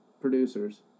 producers